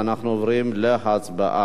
אנחנו עוברים להצבעה.